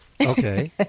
Okay